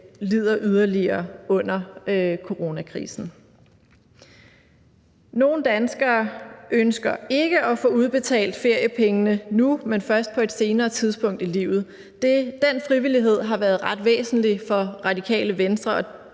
lider yderligere under coronakrisen. Nogle danskere ønsker ikke at få udbetalt feriepengene nu, men først på et senere tidspunkt i livet. Den frivillighed har været ret væsentlig for Radikale Venstre,